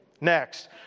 Next